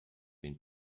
been